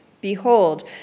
Behold